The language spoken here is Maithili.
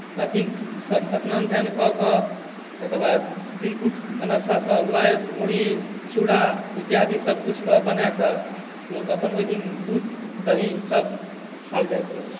अथीसभ स्नान ध्यान कऽ कऽ तकर बाद तिलकुट अनरसासभ लाइ मुरही चूड़ा इत्यादि सभकिछुके बनाए कऽ लोक अपन ओहि दिन दूध दहीसभ खायल जाइत अछि